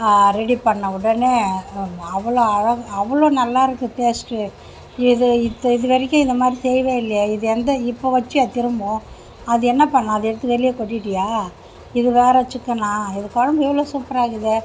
ready பண்ண உடனே அவ்வளோ அழ அவ்வளோ நல்லா இருக்குது டேஸ்ட்டு இது இத் இதுவரைக்கும் இந்தமாதிரி செய்யவே இல்லையே இது எந்த இப்போது வச்சியா திரும்பவும் அதை என்ன பண்ணே அதை எடுத்து வெளியே கொட்டிவிட்டியா இது வேறே சிக்கனா இது குழம்பு இவ்வளோ சூப்பராக இருக்குதே